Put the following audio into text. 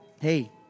hey